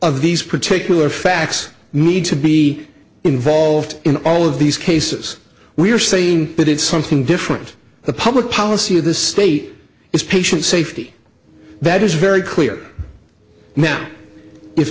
of these particular facts need to be involved in all of these cases we're saying that it's something different the public policy of the state is patient safety that is very clear now if